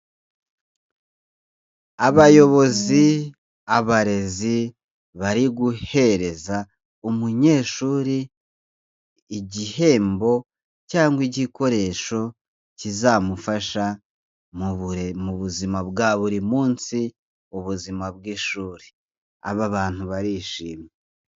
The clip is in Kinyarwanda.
Abayobozi, abarezi bari guhereza umunyeshuri igihembo cyangwa igikoresho kizamufasha mu buzima bwa buri munsi ubuzima bw'ishuri, aba bantu barishimye.